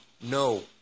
No